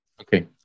Okay